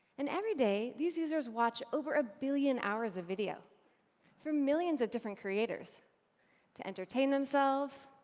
and every day, these users watch over a billion hours of video from millions of different creators to entertain themselves,